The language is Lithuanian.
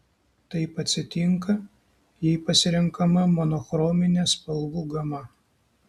taip atsitinka jei pasirenkama monochrominė spalvų gama